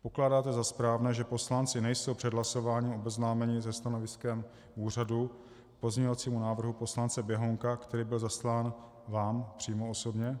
Pokládáte za správné, že poslanci nejsou před hlasováním obeznámeni se stanoviskem úřadu k pozměňovacímu návrhu poslance Běhounka, který byl zaslán přímo vám osobně?